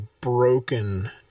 broken